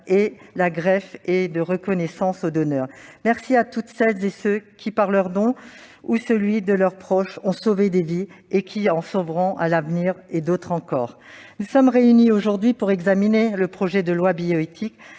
et la greffe et de reconnaissance aux donneurs : merci à toutes celles et à tous ceux qui, par leur don ou celui de leurs proches, ont sauvé des vies et qui en sauveront d'autres encore à l'avenir. Nous sommes réunis aujourd'hui pour examiner le projet de loi relatif